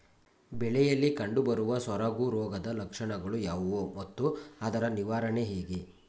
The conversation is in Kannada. ಬೆಳೆಯಲ್ಲಿ ಕಂಡುಬರುವ ಸೊರಗು ರೋಗದ ಲಕ್ಷಣಗಳು ಯಾವುವು ಮತ್ತು ಅದರ ನಿವಾರಣೆ ಹೇಗೆ?